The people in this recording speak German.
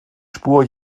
spur